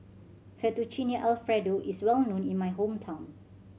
Fettuccine Alfredo is well known in my hometown